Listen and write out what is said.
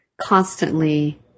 constantly